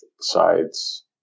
sides